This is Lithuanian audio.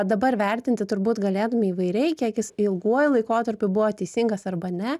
dabar vertinti turbūt galėtume įvairiai kiek jis ilguoju laikotarpiu buvo teisingas arba ne